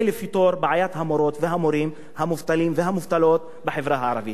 לפתור את בעיית המורות והמורים המובטלות והמובטלים בחברה הערבית.